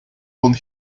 want